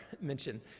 mention